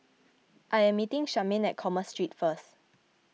I am meeting Charmaine at Commerce Street first